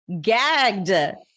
gagged